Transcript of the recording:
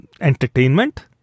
entertainment